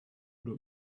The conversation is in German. oder